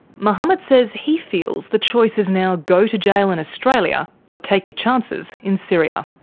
mohammed says he feels the choice is now go to jail in australia, or take your chances in syria.